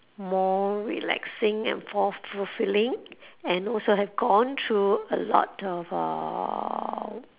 more relaxing and more fulfilling and also have gone through a lot of uhh